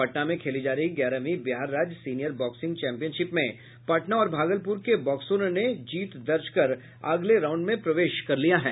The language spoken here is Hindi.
पटना में खेली जा रही ग्यारहवीं बिहार राज्य सीनियर बॉक्सिंग चैंपियनशिप में पटना और भागलपुर के बॉक्सरों ने जीत दर्ज कर अगले राउंड में प्रवेश किया है